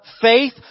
faith